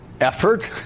effort